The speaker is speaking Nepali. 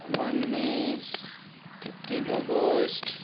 वान मई फिफ्ट्न अगस्त